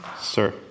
sir